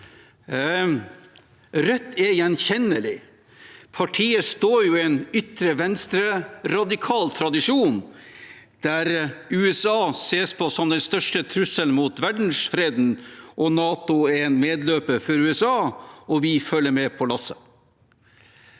Rødt er gjenkjennelig. Partiet står i en ytre venstre-radikal tradisjon, der USA ses på som den største trusselen mot verdensfreden, NATO er en medløper for USA, og vi følger med på lasset.